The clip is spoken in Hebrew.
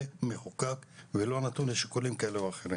יהיה מחוקק ולא נתון לשיקולים כאלה ואחרים.